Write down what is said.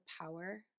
power